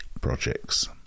projects